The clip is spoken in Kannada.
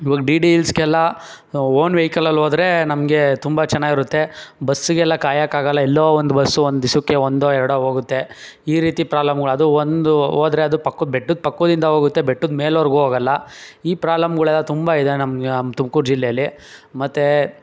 ಇವಾಗ ಡಿ ಡಿ ಹಿಲ್ಸ್ಗೆಲ್ಲ ಓನ್ ವೆಇಕಲಲ್ಲಿ ಹೋದ್ರೆ ನಮಗೆ ತುಂಬ ಚನಾಗಿರುತ್ತೆ ಬಸ್ಸಿಗೆಲ್ಲ ಕಾಯಕ್ಕಾಗೋಲ್ಲ ಎಲ್ಲೋ ಒಂದು ಬಸ್ಸು ಒಂದು ದಿವ್ಸಕ್ಕೆ ಒಂದೋ ಎರಡೋ ಹೋಗುತ್ತೆ ಈ ರೀತಿ ಪ್ರಾಲಮ್ಗಳು ಅದು ಒಂದು ಹೋದರೆ ಅದು ಪಕ್ಕಕ್ ಬೆಟ್ಟದ್ ಪಕ್ಕದಿಂದ ಹೋಗುತ್ತೆ ಬೆಟ್ಟದ ಮೇಲ್ವರ್ಗೂ ಹೋಗಲ್ಲ ಈ ಪ್ರಾಲಮ್ಗಳೆಲ್ಲ ತುಂಬ ಇದೆ ನಮ್ಮ ನಮ್ಮ ತುಮ್ಕೂರು ಜಿಲ್ಲೇಲಿ ಮತ್ತು